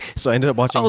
so i ended up watching oh,